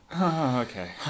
Okay